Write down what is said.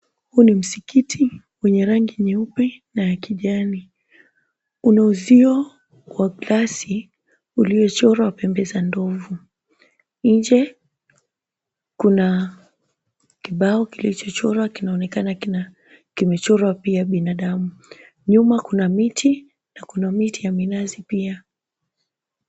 Huu ni msikiti wenye rangi nyeupe na ya kijani. Una uzio wa glasi uliyochorwa pembe za ndovu. Nje kuna kibao kilichochorwa kinaonekana kina kimechorwa pia binadamu. Nyuma kuna miti na kuna miti ya minazi pia.